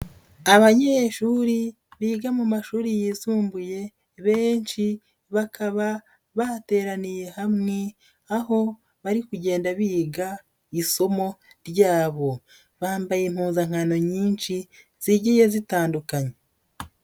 Abanyeshuri biga mu mashuri yisumbuye benshi bakaba bateraniye hamwe aho bari kugenda biga isomo ryabo, bambaye impuzankano nyinshi zigiye zitandukanye.